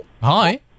Hi